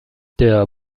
der